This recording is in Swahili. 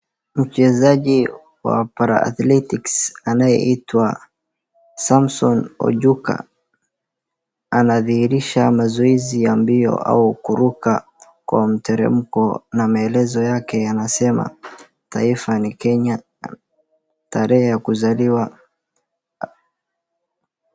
Mchezaji wa para athletics anayeitwa Samson Ojuka, anadhihirisha mazoezi ya mbio au kuruka kwa mteremko na maelezo yake yanasema taifa ni Kenya, tarehe ya kuzaliwa.